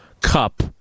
cup